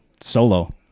solo